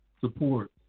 support